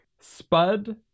Spud